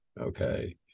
okay